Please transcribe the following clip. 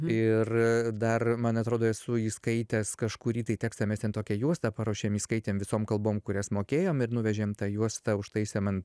ir dar man atrodo esu įskaitęs kažkurį tai tekstą mes ten tokią juostą paruošėm įskaitėm visom kalbom kurias mokėjom ir nuvežėm tą juostą užtaisėm an